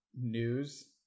news